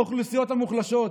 האוכלוסיות המוחלשות.